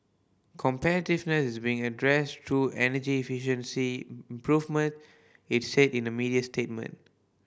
competitiveness is be addressed through energy efficiency improvement it said in a media statement